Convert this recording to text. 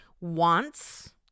wants